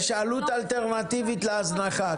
יש עלות אלטרנטיבית להזנחה.